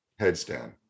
headstand